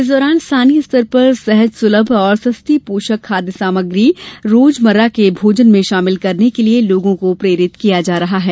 इस दौरान स्थानीय स्तर पर सहज सुलभ और सस्ती पोषक खाद्य सामग्री रोजमर्रा के भोजन में शामिल करने के लिये लोगो को प्रेरित किया जा रहा है